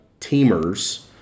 teamers